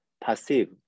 passive